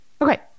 okay